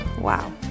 Wow